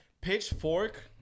Pitchfork